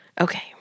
Okay